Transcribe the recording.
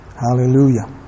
Hallelujah